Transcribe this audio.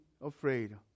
afraid